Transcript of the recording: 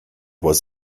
was